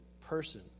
person